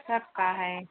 सब का है